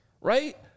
right